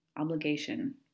Obligation